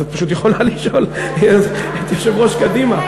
אז את פשוט יכולה לשאול את יושב-ראש קדימה.